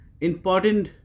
important